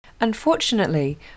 Unfortunately